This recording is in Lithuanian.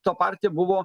to partija buvo